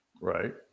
Right